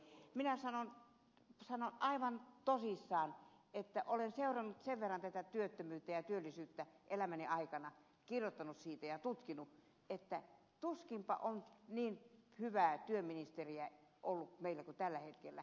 minä sanon aivan tosissani että olen seurannut sen verran tätä työttömyyttä ja työllisyyttä elämäni aikana kirjoittanut siitä ja tutkinut sitä että tuskinpa on niin hyvää työministeriä ollut meillä kuin on tällä hetkellä